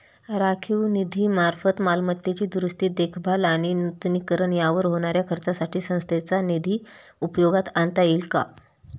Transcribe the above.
राखीव निधीमार्फत मालमत्तेची दुरुस्ती, देखभाल आणि नूतनीकरण यावर होणाऱ्या खर्चासाठी संस्थेचा निधी उपयोगात आणता येईल का?